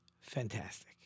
fantastic